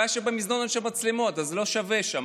הבעיה היא שבמזנון אין מצלמות, אז לא שווה שם.